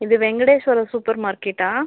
இது வெங்கடேஷ்வரர் சூப்பர் மார்க்கெட்டா